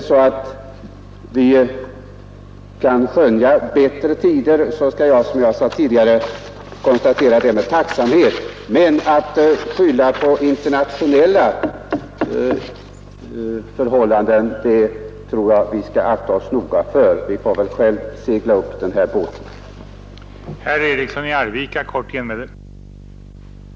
Men om vi kan skönja bättre tider skall jag som jag tidigare sade konstatera detta med tacksamhet. Men jag tror att vi noga skall akta oss för att skylla på internationella förhållanden. Vi får väl själva segla upp den båt vi seglat ner.